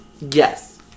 Yes